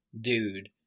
dude